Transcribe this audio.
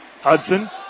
Hudson